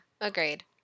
Agreed